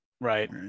right